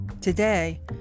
Today